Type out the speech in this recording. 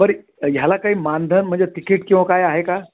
बरं ह्याला काही मानधन म्हणजे तिकीट किंवा काय आहे का